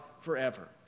forever